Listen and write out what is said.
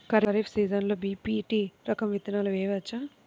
ఖరీఫ్ సీజన్లో బి.పీ.టీ రకం విత్తనాలు వేయవచ్చా?